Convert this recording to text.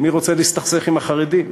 כי מי רוצה להסתכסך עם החרדים?